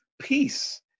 peace